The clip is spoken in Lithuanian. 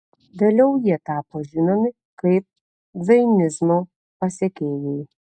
vėliau jie tapo žinomi kaip džainizmo pasekėjai